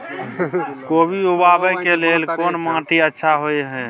कोबी उगाबै के लेल कोन माटी अच्छा होय है?